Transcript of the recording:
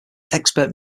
expert